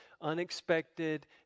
unexpected